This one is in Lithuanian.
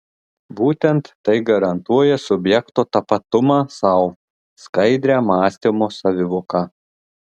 būtent tai garantuoja subjekto tapatumą sau skaidrią mąstymo savivoką